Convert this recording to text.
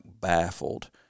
baffled